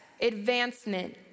advancement